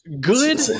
good